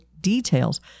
details